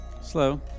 Slow